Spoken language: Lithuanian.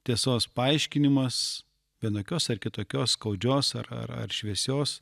tiesos paaiškinimas vienokios ar kitokios skaudžios ar ar ar šviesios